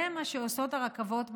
זה מה שעושות הרכבות בלילות.